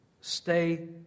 stay